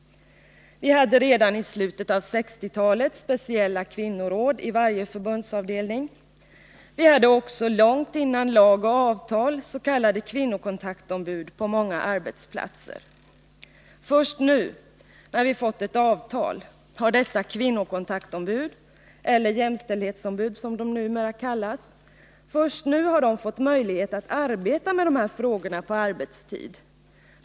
Vi hade redan i slutet av 1960-talet speciella kvinnoråd i varje förbundsavdelning. Vi hade också långt innan lag och avtal tillkom s.k. kvinnokontaktombud på många arbetsplatser. Först nu, när vi fått ett avtal, har dessa kvinnokontaktombud, eller jämställdhetsombud som de numera kallas, fått möjlighet att arbeta med dessa frågor på arbetstid.